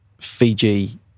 Fiji